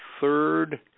third